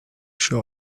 sure